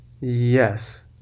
Yes